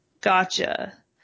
Gotcha